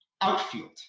outfield